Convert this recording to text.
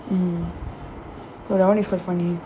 mm but that [one] is quite funny